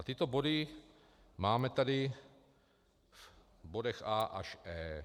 Tyto body máme tady v bodech A až E.